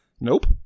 Nope